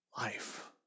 life